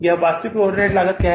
यहां वास्तविक ओवरहेड लागत क्या है